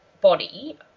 body